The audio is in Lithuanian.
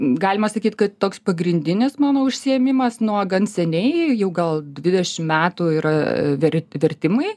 galima sakyt kad toks pagrindinis mano užsiėmimas nuo gan seniai jau gal dvidešimt metų yra verti vertimai